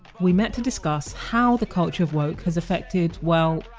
we met to discuss how the culture of woke has affected, well.